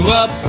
up